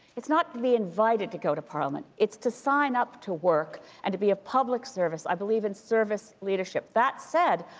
it's not to be invited to go to parliament. it's to sign up to work. and to be of public service i believe in service leadership. that said,